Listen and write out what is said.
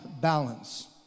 balance